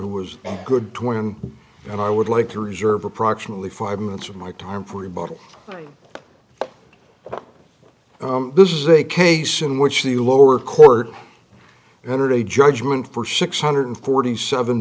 who was a good twin and i would like to reserve approximately five minutes of my time for the bottle this is a case in which the lower court entered a judgment for six hundred and forty seven